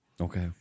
Okay